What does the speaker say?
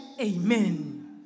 Amen